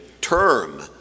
term